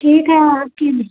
ठीक है आके